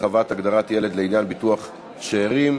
הרחבת הגדרת ילד לעניין ביטוח שאירים),